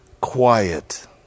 quiet